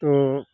तो